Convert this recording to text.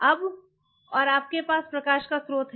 अब और आपके पास प्रकाश का स्रोत है